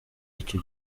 icyo